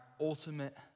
ultimate